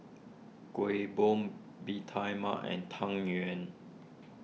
Kueh Bom Bee Tai Mak and Tang Yuen